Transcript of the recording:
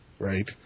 right